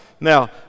now